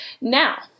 Now